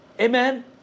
Amen